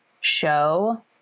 show